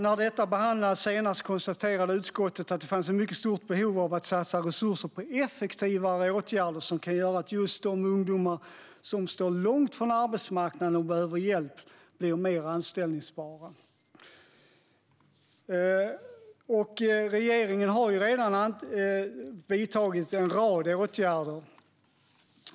När detta behandlades senast konstaterade utskottet att det fanns ett mycket stort behov av att satsa resurser på effektivare åtgärder som kan göra att just ungdomar som står långt från arbetsmarknaden och behöver hjälp blir mer anställbara. Regeringen har redan vidtagit en rad åtgärder.